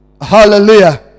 Hallelujah